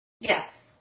Yes